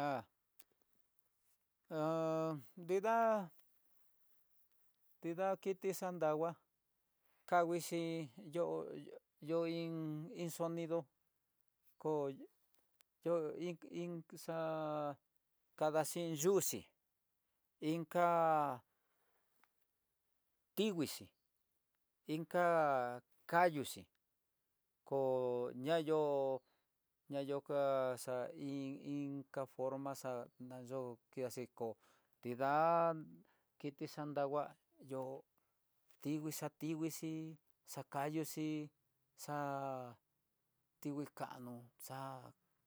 Há ha nridá kiti xandangua kayixhi yo'o iin iin sonido ko yo'ó iin- iin xa'á kadaxhi yuxi, inka tiguixi inka kayuxi koo nayo'o, ña yoka xa iin- iin ká forma xa nayo kexiko nrida kiti xandangua yo'o tingui, xatinguixi xayuxi xa'a tiomngui kanó xa